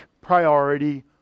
priority